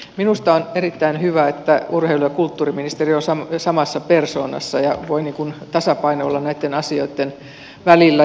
minusta on erittäin hyvä että urheilu ja kulttuuriministeri on samassa persoonassa ja voi tasapainoilla näitten asioitten välillä